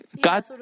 God